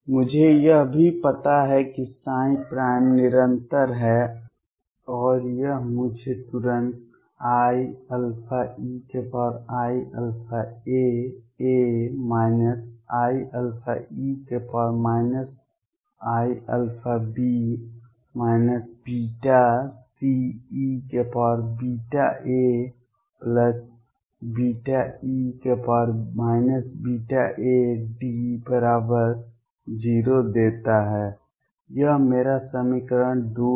मुझे यह भी पता है कि ψ निरंतर है और यह मुझे तुरंत iαeiαaA iαe iαB βCeβaβe βaD0 देता है यह मेरा समीकरण 2 है